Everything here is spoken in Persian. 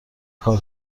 کار